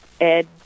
Ed